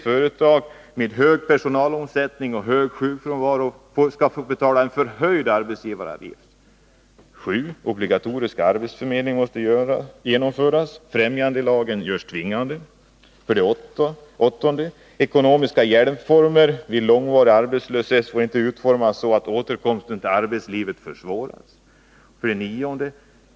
Företag med hög personalomsättning och hög sjukfrånvaro skall få betala förhöjd arbetsgivaravgift. 7. Obligatorisk arbetsförmedling måste genomföras. Främjandelagen skall göras tvingande. 8. Ekonomiska hjälpformer vid långvarig arbetslöshet får inte utformas så att återkomsten till arbetslivet försvåras. 9.